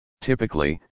Typically